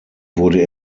wurde